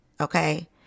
okay